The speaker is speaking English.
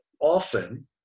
often